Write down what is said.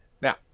Now